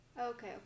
Okay